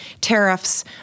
tariffs